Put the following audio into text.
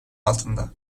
altında